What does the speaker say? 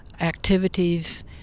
activities